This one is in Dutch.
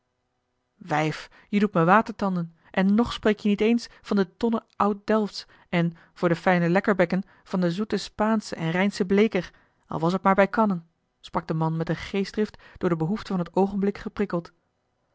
je doet me watertanden en nog spreek je niet eens van de tonnen oud delftsch en voor de fijne lekkerbekken van de zoete spaansche en rijnsche bleeker al was t maar bij kannen sprak de man met eene geestdrift door de behoefte van t oogenblik geprikkeld